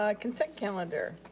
um consent calendar.